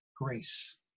grace